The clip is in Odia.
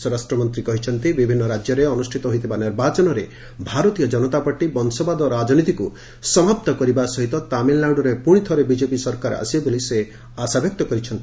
ସ୍ୱରାଷ୍ଟ୍ରମନ୍ତ୍ରୀ କହିଛନ୍ତି ବିଭିନ୍ନ ରାଜ୍ୟରେ ଅନୁଷ୍ଠିତ ହୋଇଥିବା ନିର୍ବାଚନରେ ଭାରତୀୟ ଜନତା ପାର୍ଟ ବଂଶବାଦ ରାଜନୀତିକୁ ସମାପ୍ତ କରିବା ସହ ତାମିଲ୍ନାଡୁରେ ପୁଣି ଥରେ ବିଜେପି ସରକାର ଆସିବ ବୋଲି ସେ ଆଶାବ୍ୟକ୍ତ କରିଛନ୍ତି